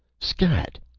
scat.